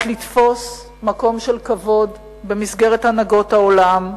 לתפוס מקום של כבוד במסגרת הנהגות העולם,